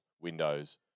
windows